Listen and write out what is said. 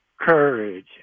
courage